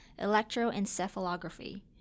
electroencephalography